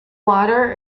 water